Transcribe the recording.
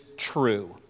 True